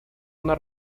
una